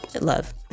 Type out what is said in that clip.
love